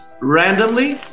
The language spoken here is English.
randomly